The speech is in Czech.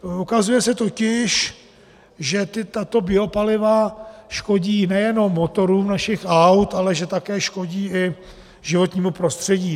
Ukazuje se totiž, že tato biopaliva škodí nejenom motorům našich aut, ale že také škodí i životnímu prostředí.